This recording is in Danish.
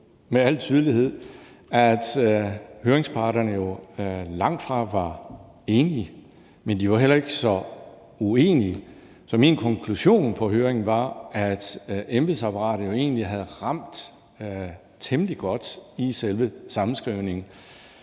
med al tydelighed, at høringsparterne langtfra var enige, men de var heller ikke så uenige. Så min konklusion på høringen var, at embedsapparatet egentlig havde ramt temmelig godt i selve sammenskrivningen.